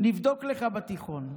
נבדוק לך בתיכון.